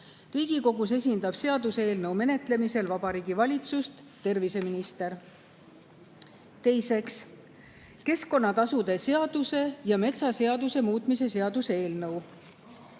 Riigikogus esindab seaduseelnõu menetlemisel Vabariigi Valitsust terviseminister. Teiseks, keskkonnatasude seaduse ja metsaseaduse muutmise seaduse eelnõu.